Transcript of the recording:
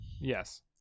Yes